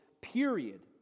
period